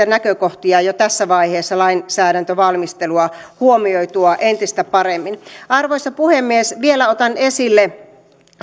näkökohtia jo tässä vaiheessa lainsäädäntövalmistelua huomioitua entistä paremmin arvoisa puhemies vielä otan esille